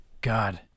God